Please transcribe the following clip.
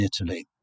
Italy